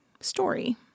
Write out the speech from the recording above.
story